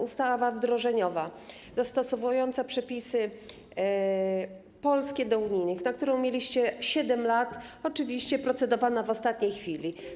Ustawa wdrożeniowa dostosowująca przepisy polskie do unijnych, na którą mieliście 7 lat, oczywiście jest procedowana w ostatniej chwili.